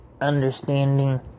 understanding